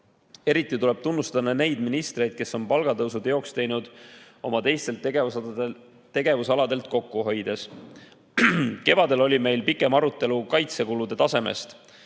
Eriti tuleb tunnustada ministreid, kes on palgatõusu teoks teinud oma teistelt tegevusaladelt kokku hoides. Kevadel oli meil pikem arutelu kaitsekulude taseme